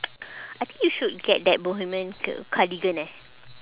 I think you should get that bohemian ke~ cardigan eh